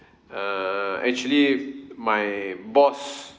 err actually my boss